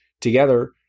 together